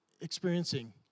experiencing